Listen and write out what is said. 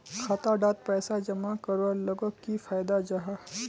खाता डात पैसा जमा करवार लोगोक की फायदा जाहा?